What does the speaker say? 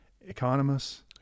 economists